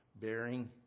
Bearing